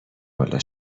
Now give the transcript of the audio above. والا